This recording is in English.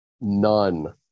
None